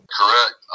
Correct